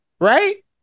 Right